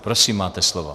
Prosím, máte slovo.